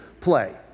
play